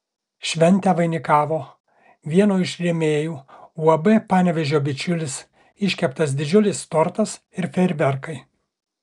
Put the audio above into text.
šventę vainikavo vieno iš rėmėjų uab panevėžio bičiulis iškeptas didžiulis tortas ir fejerverkai